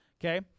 Okay